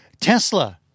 Tesla